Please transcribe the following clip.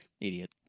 Idiot